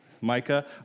Micah